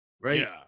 right